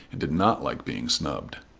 and did not like being snubbed.